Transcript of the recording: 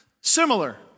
Similar